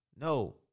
No